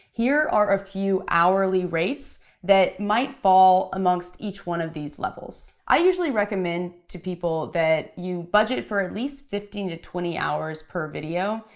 here are a few hourly rates that might fall amongst each one of these levels. i usually recommend to people that you budget for at least fifteen to twenty hours per video.